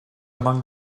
among